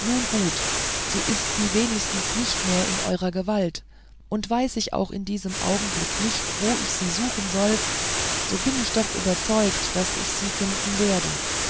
nun gut so ist sie wenigstens nicht mehr in eurer gewalt und weiß ich auch in diesem augenblick nicht wo ich sie suchen soll so bin ich doch überzeugt daß ich sie finden werde